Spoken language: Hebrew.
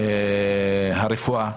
רפואה,